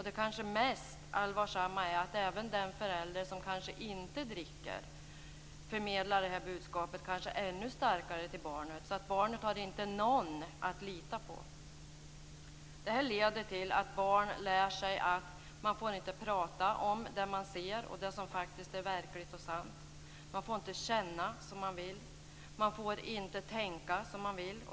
Det kanske mest allvarsamma är att den förälder som inte dricker förmedlar detta budskap ännu starkare till barnet, så att barnet inte har någon att lita på. Detta leder till att barn lär sig att man inte får prata om det man ser och det som faktiskt är verkligt och sant. Man får inte känna som man vill. Man får inte tänka som man vill.